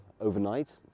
overnight